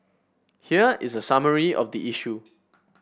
here is a summary of the issue